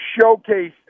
showcase